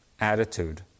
attitude